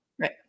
Right